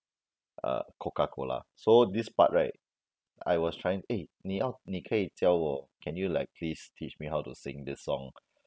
uh coca-cola so this part right I was trying eh 你要你可以教我 can you like please teach me how to sing this song